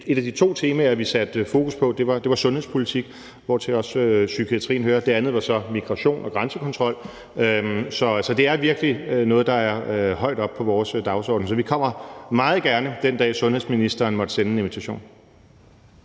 et af de to temaer, vi satte fokus på, var sundhedspolitik, hvortil også psykiatrien hører. Det andet var så migration og grænsekontrol. Så det er virkelig noget, der er højt oppe på vores dagsorden. Så vi kommer meget gerne, den dag sundhedsministeren måtte sende en invitation.